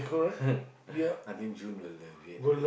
I think June will love it